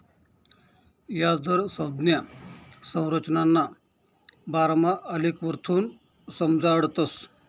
याजदर संज्ञा संरचनाना बारामा आलेखवरथून समजाडतस